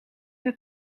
het